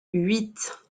huit